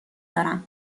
دارم